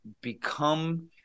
become